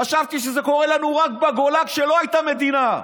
חשבתי שזה קרה לנו רק בגולה, כשלא הייתה מדינה.